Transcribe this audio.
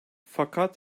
fakat